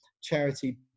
charity